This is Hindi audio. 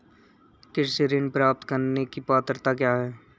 कृषि ऋण प्राप्त करने की पात्रता क्या है?